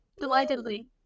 Delightedly